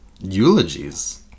eulogies